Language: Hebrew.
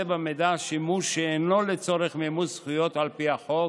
במידע שימוש שאינו לצורך מימוש זכויות על פי החוק,